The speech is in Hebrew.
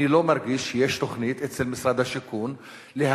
אני לא מרגיש שיש במשרד השיכון תוכנית